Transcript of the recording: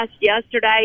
yesterday